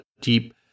deep